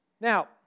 Now